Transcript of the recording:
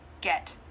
get